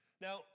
Now